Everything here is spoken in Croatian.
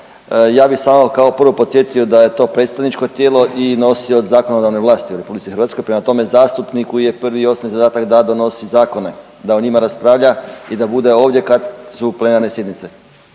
Ja bih samo kao prvo, podsjetio da je to predstavničko tijelo i nosioc zakonodavne vlasti u RH. Prema tome, zastupniku je prvi i osnovni zadatak da donosi zakone. Da o njima raspravlja i da bude ovdje kad su plenarne sjednice.